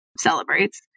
celebrates